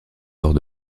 lors